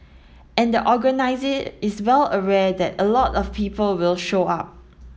and the organiser is well aware that a lot of people will show up